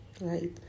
right